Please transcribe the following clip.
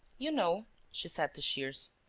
you know, she said to shears,